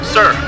Sir